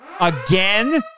Again